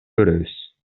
көрөбүз